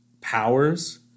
powers